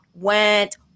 went